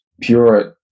pure